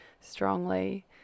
strongly